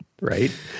Right